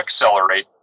accelerate